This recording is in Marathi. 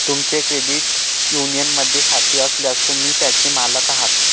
तुमचे क्रेडिट युनियनमध्ये खाते असल्यास, तुम्ही त्याचे मालक आहात